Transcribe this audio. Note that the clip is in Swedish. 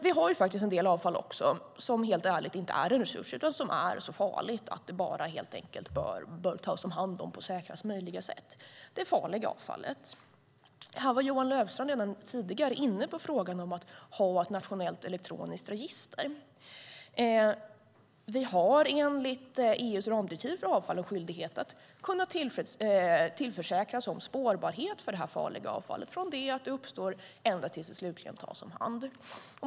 Vi har faktiskt också en del avfall som helt ärligt inte är en resurs utan som är så farligt att det bara bör tas om hand på säkrast möjliga sätt - det farliga avfallet. Johan Löfstrand var tidigare inne på frågan om att ha ett nationellt elektroniskt register. Vi har enligt EU:s ramdirektiv för avfall en skyldighet att tillförsäkra spårbarhet för det farliga avfallet från det att det uppstår ända tills det slutligen tas om hand.